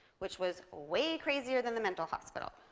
which was way crazier than the mental hospital.